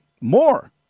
More